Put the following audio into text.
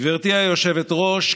גברתי היושבת-ראש,